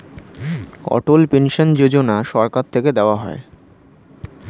অটল pension Yojana সরকার থেকে দেওয়া হয়